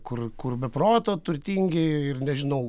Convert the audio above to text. kur kur be proto turtingi ir nežinau